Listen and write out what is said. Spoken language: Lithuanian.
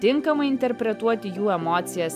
tinkamai interpretuoti jų emocijas